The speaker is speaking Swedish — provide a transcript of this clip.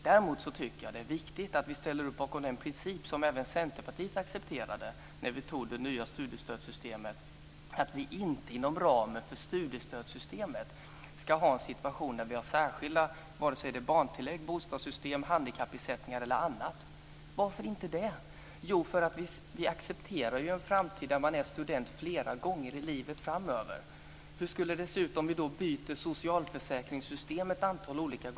Däremot är det viktigt att vi ställer upp bakom den princip som även Centerpartiet accepterade när vi antog det nya studiestödssystemet, att vi inte inom ramen för studiestödssystemet ska ha särskilda barntillägg, bostadssystem, handikappersättningar eller annat. Varför inte det då? Jo, vi accepterar en framtid där man är student flera gånger i livet. Hur skulle det se ut om vi byter socialförsäkringssystem ett antal gånger?